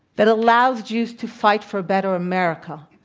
that allows jews to fight for a better america,